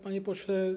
Panie Pośle!